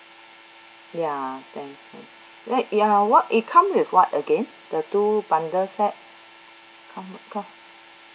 ya thanks thanks like ya what it comes with what again the two bundle set come come